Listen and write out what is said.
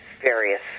various